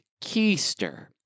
Keister